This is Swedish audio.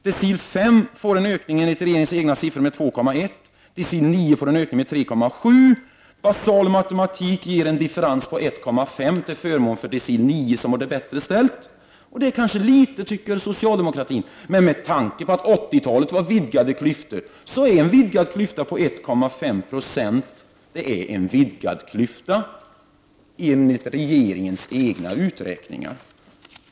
Decil 5 får enligt regeringens egna siffror en ökning med 2,1, och decil 9 en ökning med 3,7. Basal matematik ger en differens på ca 1,5 90 till förmån för decil 9, som har det bättre ställt. Det kanske socialdemokraterna tycker är litet, men med tanke på att 80-talet förde med sig vidgade klyftor, är en vidgning av klyftorna med 1,5 90 faktiskt en vidgning av klyftorna enligt regeringens egna beräkningar.